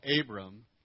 Abram